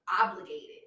obligated